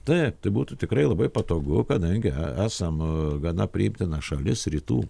taip tai būtų tikrai labai patogu kadangi esam gana priimtina šalis rytų